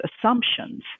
assumptions